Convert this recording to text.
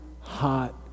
hot